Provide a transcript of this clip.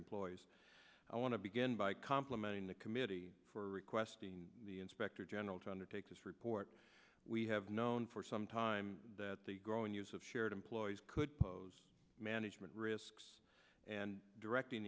employees i want to begin by complimenting the committee for requesting the inspector general to undertake this report we have known for some time that the growing use of shared employees could pose management risks and directing